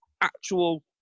actual